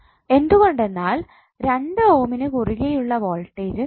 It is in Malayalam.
എന്തുകൊണ്ടെന്നാൽ 2 ഓമിന് കുറുകെയുള്ള വോൾട്ടേജ് നോക്കുക